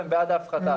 והם בעד ההפחתה.